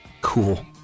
Cool